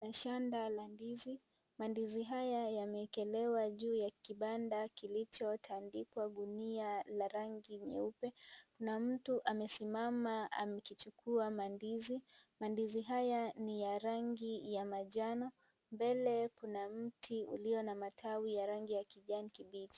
Kuna shanda la ndizi, mandizi haya yamewekelewa juu ya kibanda kilichotandikwa gunia la rangi nyeupe, na mtu amesimama amekichukua mandizi. Mandizi haya ni ya rangi ya manjano, mbele kuna mti ulio na matawi ya rangi ya kijani kibichi.